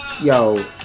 Yo